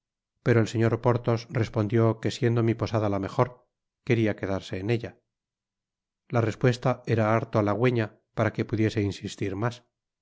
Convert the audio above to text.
pero el señor porthos respondió que siendo mi posada la mejor queria quedarse en ella la respuesta era harto halagüeña para que pudiese insistir mas